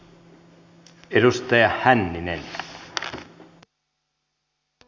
arvoisa puhemies